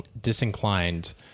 disinclined